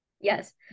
yes